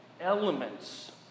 elements